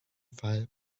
file